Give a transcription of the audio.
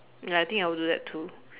ya I think I will do that too